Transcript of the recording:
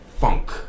funk